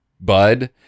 bud